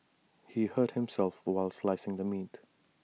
he hurt himself while slicing the meat